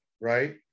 right